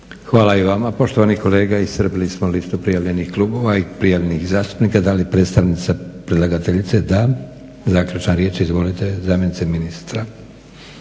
Hvala i vama poštovani kolega. Iscrpili smo listu prijavljenih klubova i prijavljenih zastupnika. Da li predstavnica predlagateljice? Da. Zaključna riječ, izvolite zamjenice ministra.